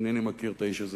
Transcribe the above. אינני מכיר את האיש הזה.